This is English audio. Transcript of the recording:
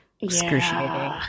excruciating